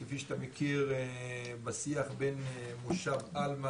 כפי שאתה מכיר בשיח בין מושב עלמה